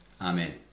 Amen